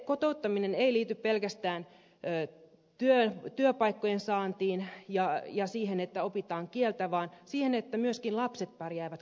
kotouttaminen ei liity pelkästään työpaikkojen saantiin ja siihen että opitaan kieltä vaan siihen että myöskin lapset pärjäävät koulussa